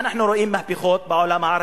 אנחנו רואים מהפכות בעולם הערבי,